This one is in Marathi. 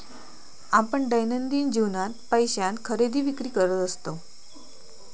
आपण दैनंदिन जीवनात पैशान खरेदी विक्री करत असतव